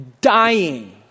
dying